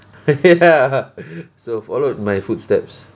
ya so followed my footsteps